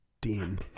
Dean